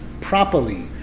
properly